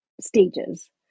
stages